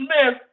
Smith